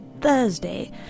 Thursday